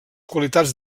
qualitats